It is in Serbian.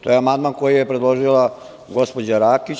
To je amandman koji je predložila gospođa Rakić.